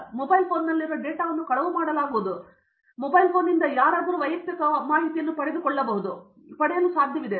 ಈ ಮೊಬೈಲ್ ಫೋನ್ನಲ್ಲಿರುವ ನನ್ನ ಡೇಟಾವನ್ನು ಕಳವು ಮಾಡಲಾಗುವುದು ಅಥವಾ ಅವರು ನಿಮಗೆ ಪ್ರಶ್ನೆಯನ್ನು ಕೇಳಿದರೆ ಈ ಮೊಬೈಲ್ ಫೋನ್ನಿಂದ ಯಾರಾದರೂ ವೈಯಕ್ತಿಕ ಮಾಹಿತಿಯನ್ನು ಪಡೆದುಕೊಳ್ಳಬಹುದು ಮತ್ತು ಪಡೆಯಲು ಸಾಧ್ಯವೇ